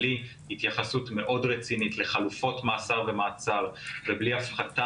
בלי התייחסות מאוד רצינית לחלופות מאסר ומעצר ובלי הפחתה